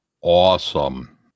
awesome